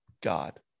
God